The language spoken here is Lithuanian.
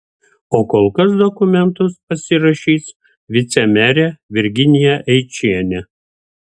o kol kas dokumentus pasirašys vicemerė virginija eičienė